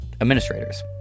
administrators